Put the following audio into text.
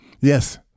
Yes